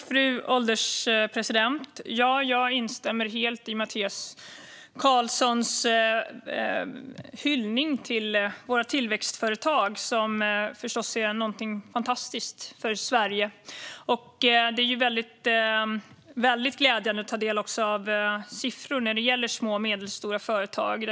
Fru ålderspresident! Jag instämmer helt i Mattias Karlssons hyllning till våra tillväxtföretag. De är förstås någonting fantastiskt för Sverige. Det är också väldigt glädjande att ta del av siffror när det gäller små och medelstora företag.